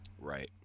Right